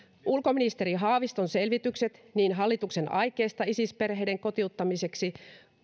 ulkoministeri haaviston selvitykset niin hallituksen aikeista isis perheiden kotiuttamiseksi